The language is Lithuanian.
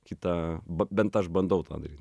kitą bent aš bandau tą daryt